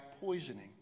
poisoning